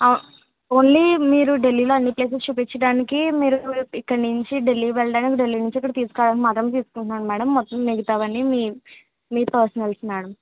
ఆ ఓన్లీ మీరు ఢిల్లీలో అన్నిప్లేసేస్ చూపించడానికి మీరు ఇక్కడనుంచి ఢిల్లీ వెళ్ళడానికి డీల్లీనుండి ఇక్కడకి తీసుకురావడానికి మాత్రం తీసుకుంటున్నాం మేడం మొత్తం మిగితావన్ని మీ పర్సనల్స్ మేడం